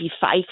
five